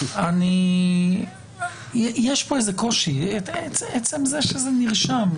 יש איזה קושי בעצם זה שזה נרשם.